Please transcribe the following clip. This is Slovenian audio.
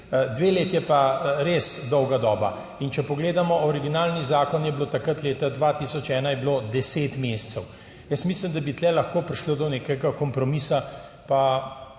dve leti je pa res dolga doba. Če pogledamo originalni zakon, je bilo takrat leta 2001 deset mesecev. Jaz mislim, da bi tu lahko prišlo do nekega kompromisa.